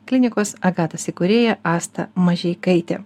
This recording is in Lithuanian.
klinikos agatas įkūrėja asta mažeikaitė